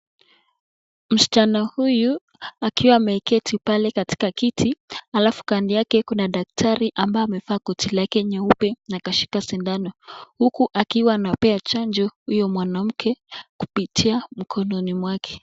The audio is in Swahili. Mschana huyu akiwa ameketi pale katika kiti alafu kando yake kuna daktari ambaye amevaa koti lake nyeupe na akashika sidano huku akiwa anapea chanjo huyo mwanamke kupitia mkononi mwake.